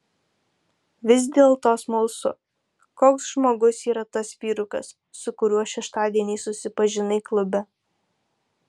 vis dėlto smalsu koks žmogus yra tas vyrukas su kuriuo šeštadienį susipažinai klube